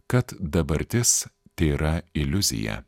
kad dabartis tėra iliuzija